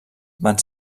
van